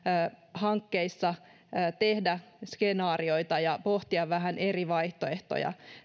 hankkeissa tehdä skenaarioita ja pohtia vähän eri vaihtoehtoja